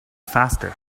faster